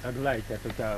eglaitę tu tą